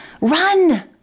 run